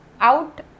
out